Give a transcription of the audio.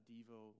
Devo